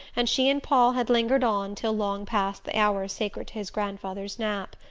and she and paul had lingered on till long past the hour sacred to his grandfather's nap.